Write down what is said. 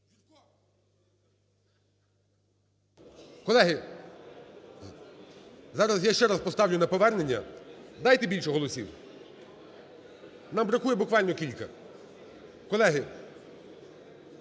Колеги, зараз я ще раз поставлю на повернення. Дайте більше голосів, нам бракує буквально кілька. Колеги,